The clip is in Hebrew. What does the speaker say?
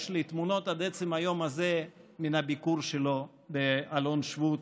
יש לי תמונות עד עצם היום הזה מן הביקור שלו באלון שבות